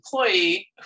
employee